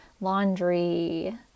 laundry